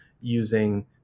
using